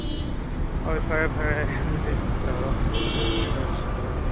ꯍꯣꯏ ꯐꯔꯦ ꯐꯔꯦ ꯑꯗꯨꯗꯤ ꯀꯩꯗꯧꯔꯣ